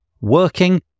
working